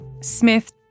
Smith